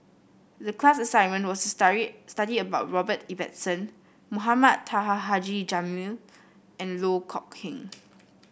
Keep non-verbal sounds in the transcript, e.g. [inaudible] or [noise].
the class assignment was to [unintelligible] study about Robert Ibbetson Mohamed Taha Haji Jamil and Loh Kok Heng